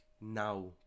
Now